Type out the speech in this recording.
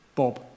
Bob